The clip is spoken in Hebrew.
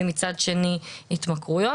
ומצד שני התמכרויות.